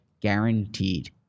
guaranteed